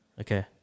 Okay